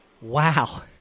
Wow